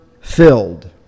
filled